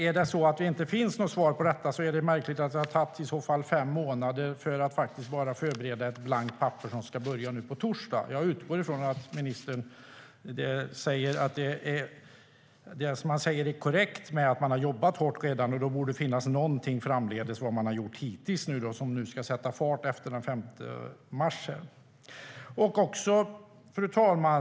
Är det så att det inte finns något svar på detta tycker jag att det är märkligt att det i så fall har tagit fem månader att förbereda ett blankt papper för det som ska börja nu på torsdag. Jag utgår ifrån att det ministern säger är korrekt, alltså att man har jobbat hårt redan, och då borde det finnas någonting om vad man har gjort hittills. Det ska sätta fart efter den 5 mars. Fru talman!